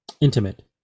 intimate